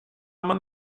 man